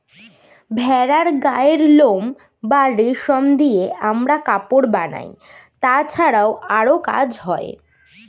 ভেড়ার গায়ের লোম বা রেশম দিয়ে আমরা কাপড় বানাই, তাছাড়াও আরো কাজ হয়